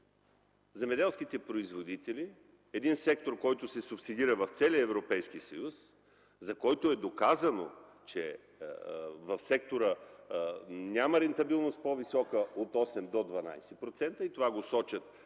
земеделските производители – един сектор, който се субсидира в целия Европейския съюз, за който е доказано, че в сектора няма рентабилност по-висока от 8 до 12%, и това го сочат всички